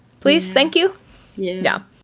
please, thank you yeah yeah.